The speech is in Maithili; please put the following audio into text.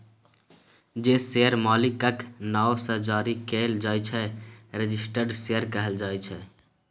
जे शेयर मालिकक नाओ सँ जारी कएल जाइ छै रजिस्टर्ड शेयर कहल जाइ छै